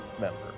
member